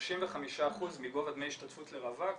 ש-35% מגובה דמי השתתפות לרווק